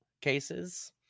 cases